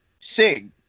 Sig